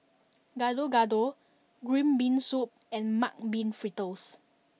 Gado Gado Green Bean Soup and Mung Bean Fritters